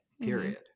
period